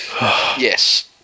Yes